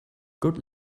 good